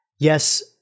Yes